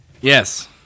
Yes